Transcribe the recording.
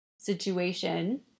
situation